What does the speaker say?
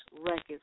records